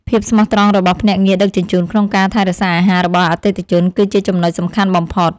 ភាពស្មោះត្រង់របស់ភ្នាក់ងារដឹកជញ្ជូនក្នុងការថែរក្សាអាហាររបស់អតិថិជន គឺជាចំណុចសំខាន់បំផុត។